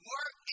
Work